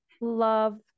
love